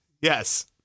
Yes